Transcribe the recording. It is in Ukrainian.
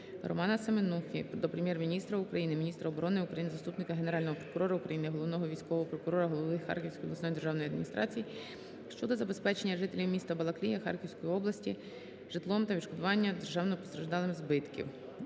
Романа Семенухи до Прем'єр-міністра України, міністра оборони України, заступника Генерального прокурора України, головного військового прокурора, голови Харківської обласної державної адміністрації щодо забезпечення жителів міста Балаклія Харківської області житлом та відшкодування державою постраждалим збитків.